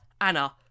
Anna